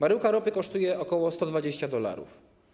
Baryłka ropy kosztuje ok. 120 dolarów.